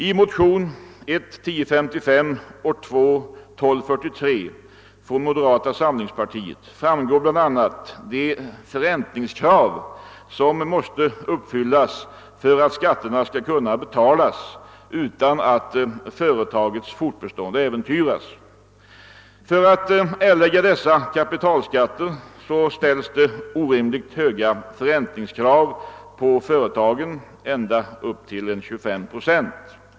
Av motionerna I: 1055 och II: 1243 från moderata samlingspartiet framgår bl.a. de förräntningskrav som måste uppfyllas för att skatterna skall kunna betalas utan att företagets fortbestånd äventyras. För att erlägga dessa kapitalskatter ställs det orimligt höga förräntningskrav på företagen, ända upp till 25 procent.